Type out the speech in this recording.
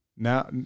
Now